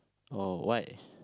oh what